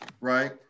right